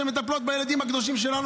שמטפלות בילדים הקדושים שלנו,